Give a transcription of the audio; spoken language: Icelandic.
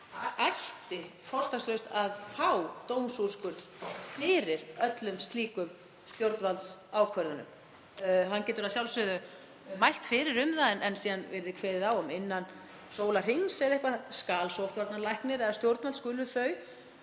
ætti fortakslaust að fá dómsúrskurð fyrir öllum slíkum stjórnvaldsákvörðunum. Hann getur að sjálfsögðu mælt fyrir um það en síðan yrði kveðið á um að innan sólarhrings, eða eitthvað slíkt, skyldi sóttvarnalæknir eða stjórnvöld staðfesta